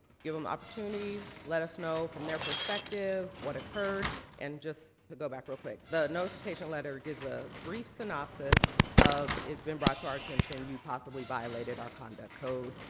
given opportunity, let us know from their perspective what occurred. and just to go back real quick. the notification letter gives a brief synopsis of it's been brought to our attention you possibly violated our conduct code,